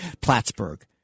Plattsburgh